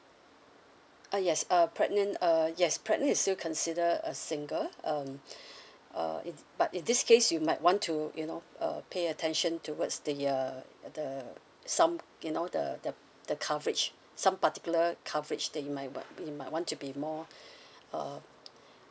uh yes uh pregnant uh yes pregnant is still consider a single um uh it but in this case you might want to you know uh pay attention towards the uh the some you know the the coverage some particular coverage that you might want you might want to be more uh